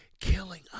killing